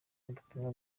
ubutumwa